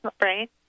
Right